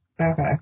Okay